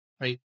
right